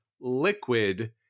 Liquid